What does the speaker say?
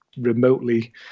remotely